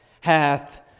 hath